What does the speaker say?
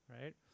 right